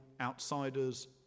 Outsiders